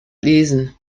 lesen